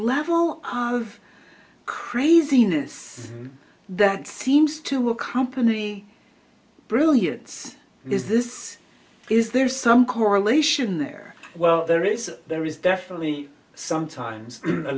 level of craziness that seems to accompany brilliance is this is there some correlation there well there is there is definitely sometimes a